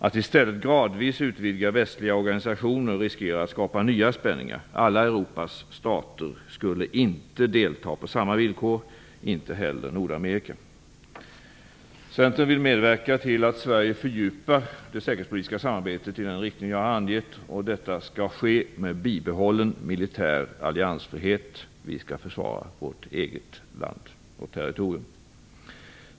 Att vi i stället gradvis utvidgar västliga organisationer riskerar att skapa nya spänningar. Alla Europas stater skulle inte kunna delta på samma villkor, inte heller Nordamerika. Centern vill medverka till att Sverige fördjupar det säkerhetspolitiska samarbetet i den riktning som jag har angett. Detta skall ske med bibehållen militär alliansfrihet. Vi skall försvara vårt eget land och territorium.